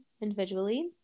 individually